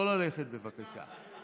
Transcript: לא ללכת, בבקשה.